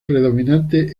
predominante